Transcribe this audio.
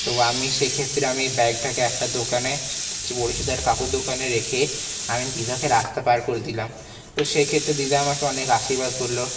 তো আমি সেক্ষেত্রে আমি ব্যাগটাকে একটা দোকানে পরিচিত একটা কাকুর দোকানে রেখে আমি দিদাকে রাস্তা পাড় করে দিলাম তো সেক্ষেত্রে দিদা আমাকে অনেক আশীর্বাদ করল